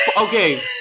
Okay